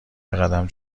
بقدم